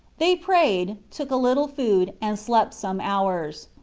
they prayed, took a little food, and slept some hours.